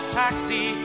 taxi